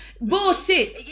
bullshit